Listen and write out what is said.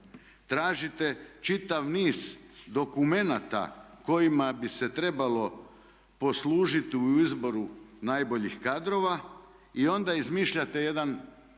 tražite čitav niz dokumenata kojima bi se trebalo poslužiti u izboru najboljih kadrova i onda izmišljate jedan